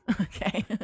Okay